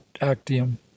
Actium